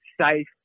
safe